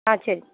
ஆ சரி